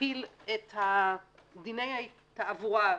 להחיל את דיני התעבורה,